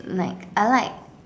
like I like